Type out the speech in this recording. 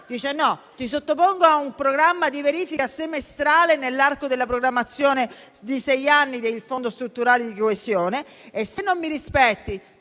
le sottopone a un programma di verifica semestrale nell'arco della programmazione di sei anni del Fondo strutturale di coesione. Se non si rispetta